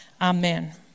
Amen